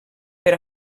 per